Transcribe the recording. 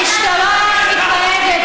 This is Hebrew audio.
המסקנות,